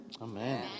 Amen